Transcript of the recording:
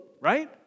right